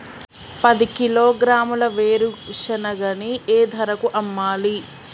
పది కిలోగ్రాముల వేరుశనగని ఏ ధరకు అమ్మాలి?